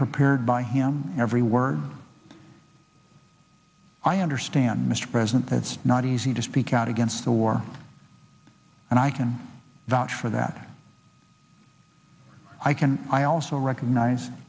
prepared by him every word i understand mr president that's not easy to speak out against the war and i can vouch for that i can i also recognize